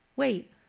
Wait